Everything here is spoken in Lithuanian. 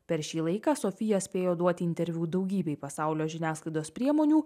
per šį laiką sofija spėjo duoti interviu daugybei pasaulio žiniasklaidos priemonių